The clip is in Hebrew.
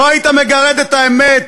לו היית מגרד את האמת,